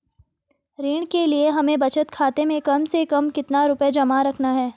ऋण के लिए हमें बचत खाते में कम से कम कितना रुपये जमा रखने हैं?